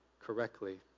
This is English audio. correctly